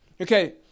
Okay